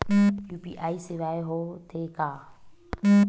UPI सेवाएं हो थे का?